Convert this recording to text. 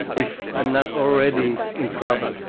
if i'm not already in trouble.